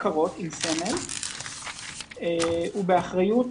מוכרות עם סמל הוא באחריות